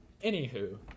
Anywho